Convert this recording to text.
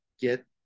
get